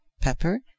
pepper